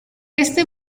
este